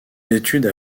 études